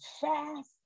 fast